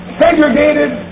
segregated